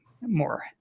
more